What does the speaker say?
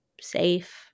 safe